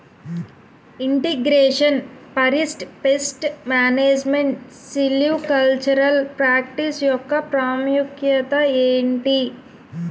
integration forest pest management silvicultural practice యెక్క ప్రాముఖ్యత ఏంటి